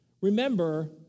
Remember